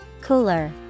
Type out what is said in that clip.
Cooler